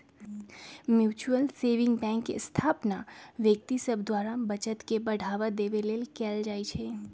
mutual saving bank के स्थापना व्यक्ति सभ द्वारा बचत के बढ़ावा देबे लेल कयल जाइ छइ